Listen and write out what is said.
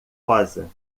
rosa